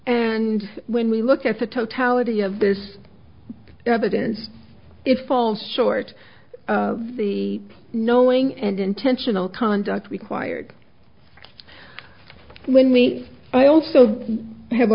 and when we look at the totality of this evidence it falls short of the knowing and intentional conduct required when meath i also have